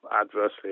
adversely